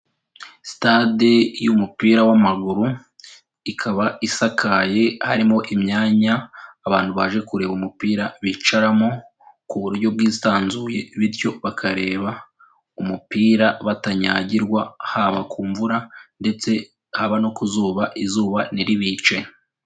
Sitade y'umupira w'amaguru, ikaba isakaye harimo imyanya, abantu baje kureba umupira bicaramo ku buryo bwisanzuye, bityo bakareba umupira batanyagirwa haba ku mvura ndetse haba no ku zuba, izuba ntiribice.